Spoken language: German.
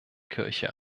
kirche